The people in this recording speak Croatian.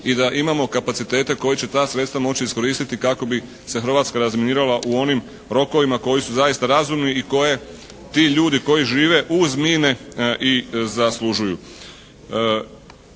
i da imamo kapacitete koji će ta sredstva moći iskoristiti kako bi se Hrvatska razminirala u onim rokovima koji su zaista razumni i koje ti ljudi koji žive uz mine i zaslužuju.